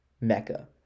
mecca